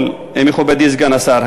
מכובדי סגן השר,